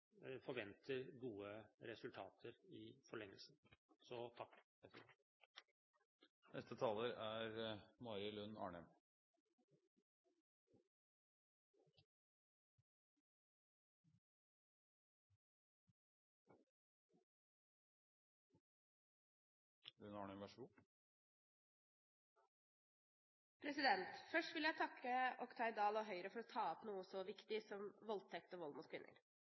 forventer gode resultater i forlengelsen av dette. Først vil jeg takke Oktay Dahl og Høyre for å ta opp noe så viktig som voldtekt og vold mot kvinner.